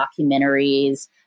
documentaries